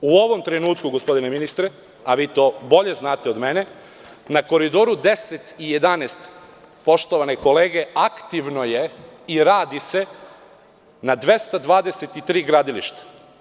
U ovom trenutku, gospodine ministre, a vi to bolje znate od mene, na Koridoru 10 i 11, poštovane kolege, aktivno je i radi se na 223 gradilišta.